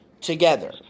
together